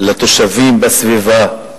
לתושבים בסביבה,